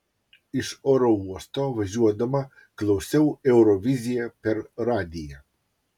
iš oro uosto važiuodama klausiau euroviziją per radiją